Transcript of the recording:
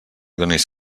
donis